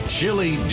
Chili